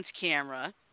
camera